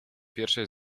pierwszej